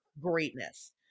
greatness